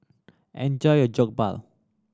enjoy your Jokbal